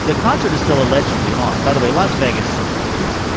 the concert is still allegedly on, by the way. las vegas is.